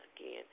again